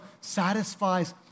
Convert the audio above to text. satisfies